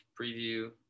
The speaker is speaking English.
Preview